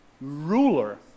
ruler